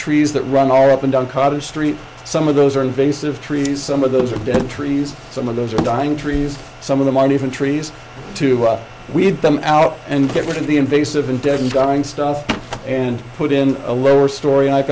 trees that run are up and down carter street some of those are invasive trees some of those are dead trees some of those are dying trees some of them aren't even trees to weed them out and get rid of the invasive and dead and dying stuff and put in a lower story i